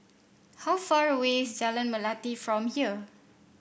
how far away is Jalan Melati from here